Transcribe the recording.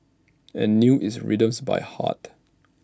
and knew its rhythms by heart